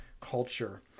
culture